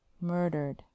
murdered